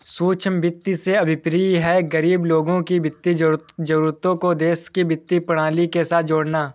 सूक्ष्म वित्त से अभिप्राय है, गरीब लोगों की वित्तीय जरूरतों को देश की वित्तीय प्रणाली के साथ जोड़ना